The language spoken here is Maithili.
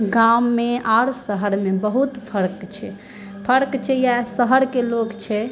गाॅंवमे आओर शहरमे बहुत फर्क छै फर्क छै इएह शहरके लोक छै